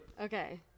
Okay